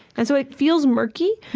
and so it feels murky,